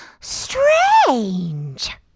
strange